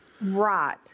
Right